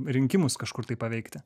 rinkimus kažkur tai paveikti